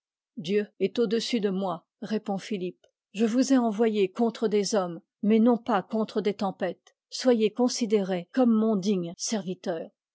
dieu est au-dessus de moi répond philippe je vous ai envoyé contre des hommes mais non pas contre des tempêtes soyez considéré comme mon digne serviteur